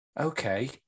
Okay